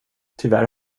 tyvärr